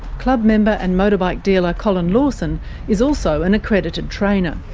club member and motorbike dealer colin lawson is also an accredited trainer.